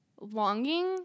Longing